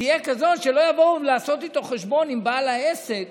תהיה כזאת שלא יבואו לעשות חשבון עם בעל העסק